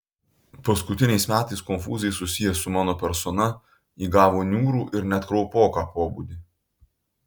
paskutiniais metais konfūzai susiję su mano persona įgavo niūrų ir net kraupoką pobūdį